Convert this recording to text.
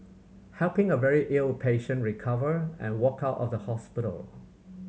helping a very ill patient recover and walk out of the hospital